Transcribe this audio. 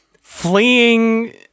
fleeing